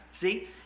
See